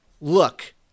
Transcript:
look